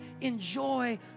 Enjoy